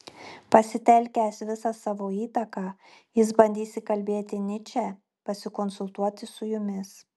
pasitelkęs visą savo įtaką jis bandys įkalbėti nyčę pasikonsultuoti su jumis